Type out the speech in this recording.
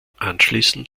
anschließend